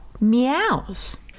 meows